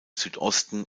südosten